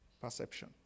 Perception